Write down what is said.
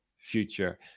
future